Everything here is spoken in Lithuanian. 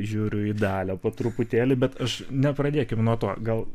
žiūriu į dalią po truputėlį bet aš nepradėkim nuo to gal